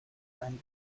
ein